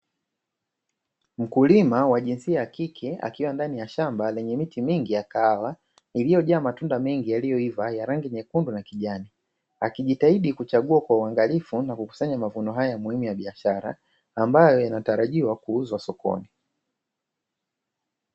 Mkulima wa jinsia yakike, akiwa ndani ya shamba lenye miti mingi ya kahawa iliyo jaa matunda mengi yaliyo iva yarangi nyukundu na kijani, akijitahidi kuchagua kwa uangalifu na kukusanya mavuna haya muhimu ya biashara ambayo yana tarajiwa kuuzwa sokoni.